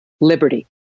liberty